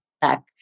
back